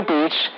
Beach